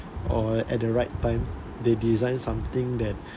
or at the right time they design something that